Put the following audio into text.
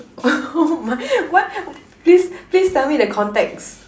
what what please please tell me the context